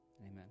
Amen